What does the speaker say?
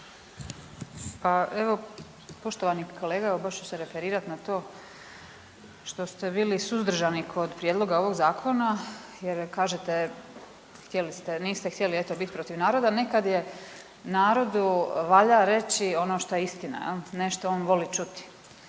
Pa evo poštovani kolega, baš ću se referirat na to što ste bili suzdržani kod prijedloga ovog zakona jer kažete, htjeli ste, niste htjeli eto bit protiv naroda. Nekad narodu valja reći ono šta je istina jel, ne ono što on voli čuti.